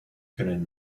können